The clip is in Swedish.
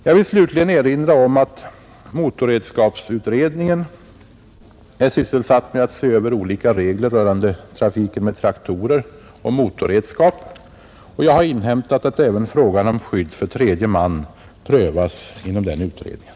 Jag vill slutligen erinra om att motorredskapsutredningen är sysselsatt med att se över olika regler rörande trafiken med traktorer och motorredskap. Jag har inhämtat att även frågan om skydd för tredje man prövas inom utredningen.